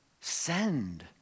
send